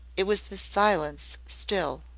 it was the silence still.